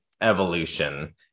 evolution